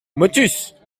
motus